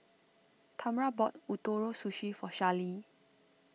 Tamra bought Ootoro Sushi for Charlee